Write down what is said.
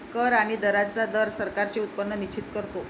कर आणि दरांचा दर सरकारांचे उत्पन्न निश्चित करतो